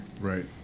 Right